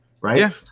Right